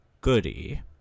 goody